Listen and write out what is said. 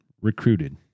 recruited